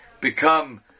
become